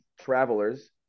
travelers